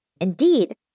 Indeed